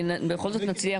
שבכל זאת נצליח,